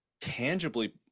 tangibly